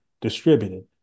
distributed